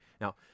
Now